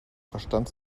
verstand